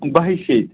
بَہہِ شیٚتہِ